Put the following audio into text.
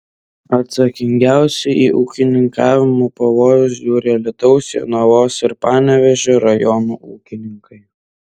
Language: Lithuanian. atsakingiausiai į ūkininkavimo pavojus žiūri alytaus jonavos ir panevėžio rajonų ūkininkai